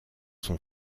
son